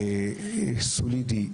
סולידי.